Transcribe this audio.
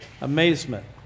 amazement